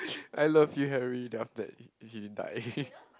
I love you Harry then after that he he die